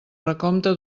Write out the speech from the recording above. recompte